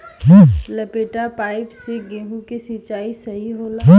लपेटा पाइप से गेहूँ के सिचाई सही होला?